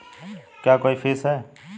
क्या कोई फीस है?